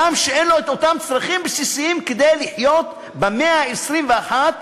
אין מילוי אותם צרכים בסיסיים כדי לחיות במאה ה-21,